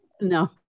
no